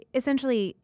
essentially